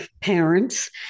parents